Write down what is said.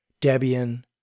Debian